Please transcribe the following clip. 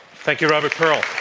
thank you, robert pearl.